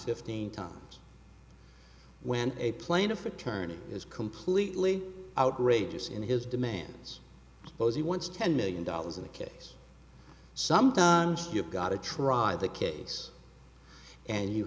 fifteen times when a plaintiff attorney is completely outrageous in his demands posey wants ten million dollars in the case sometimes you've got to try the case and you